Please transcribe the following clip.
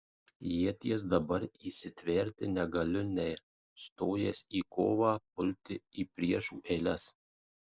ieties dabar įsitverti negaliu nei stojęs į kovą pulti į priešų eiles